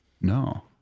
No